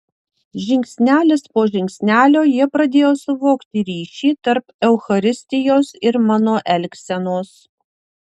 žingsnelis po žingsnelio jie pradėjo suvokti ryšį tarp eucharistijos ir mano elgsenos